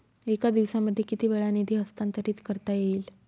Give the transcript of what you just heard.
एका दिवसामध्ये किती वेळा निधी हस्तांतरीत करता येईल?